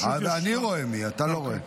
אני רואה מי, אתה לא רואה.